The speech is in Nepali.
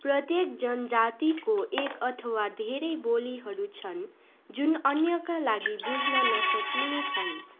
प्रत्येक जनजातिको एक अथवा धेरै बोलीहरू छन् जुन अन्यका लागि बुझ्न नसकिने छन्